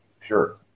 Sure